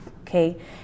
Okay